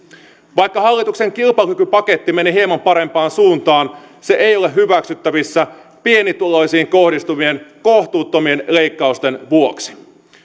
vaikka hallituksen kilpailukykypaketti meni hieman parempaan suuntaan se ei ole hyväksyttävissä pienituloisiin kohdistuvien kohtuuttomien leikkausten vuoksi